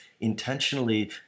intentionally